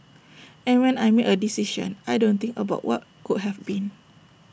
and when I make A decision I don't think about what could have been